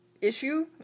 issue